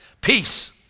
Peace